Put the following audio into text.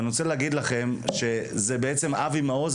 אבל אני רוצה להגיד לכם שזה אבי מעוז,